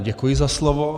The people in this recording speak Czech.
Děkuji za slovo.